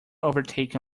overtake